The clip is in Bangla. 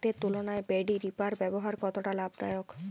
হাতের তুলনায় পেডি রিপার ব্যবহার কতটা লাভদায়ক?